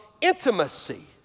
intimacy